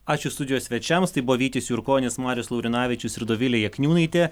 ačiū studijos svečiams tai buvo vytis jurkonis marius laurinavičius ir dovilė jakniūnaitė